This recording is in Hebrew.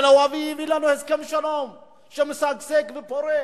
אבל הוא הביא לנו הסכם שלום שמשגשג ופורה.